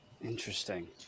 Interesting